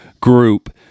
group